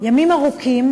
ימים ארוכים